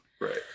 Right